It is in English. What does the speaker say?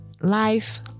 life